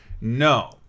No